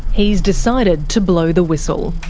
he's decided to blow the whistle.